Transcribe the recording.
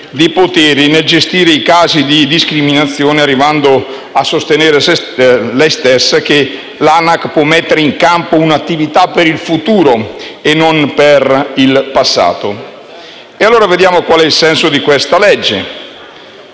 dei poteri nel gestire i casi di discriminazione, arrivando a sostenere che essa può mettere in campo un'attività per il futuro e non per il passato. Vediamo qual è il senso di questo disegno